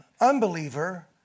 unbeliever